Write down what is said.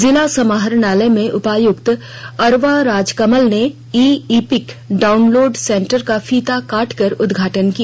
जिला समाहरणालय में उपायुक्त अरवा राजकमल ने ई इपिक डाउनलोड सेंटर का फीता काट कर उदघाटन किया